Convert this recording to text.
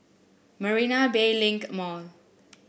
Marina Bay Link Mall